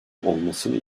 olmasını